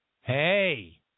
hey